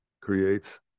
creates